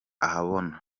ahabona